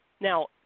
Now